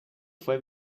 fue